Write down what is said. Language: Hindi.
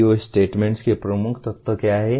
PEO स्टेटमेंट्स के प्रमुख तत्व क्या हैं